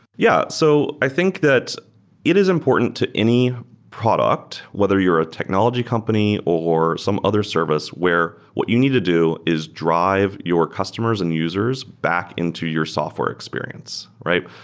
yeah. so i think that it is important to any product whether you're a technology company or some other service where what you need to do is drive your customers and users back into your software experience, right?